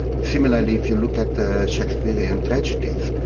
similarly if you look at the shakespearean tragedies,